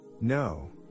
No